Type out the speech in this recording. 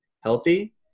healthy